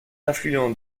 affluent